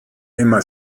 immer